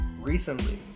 recently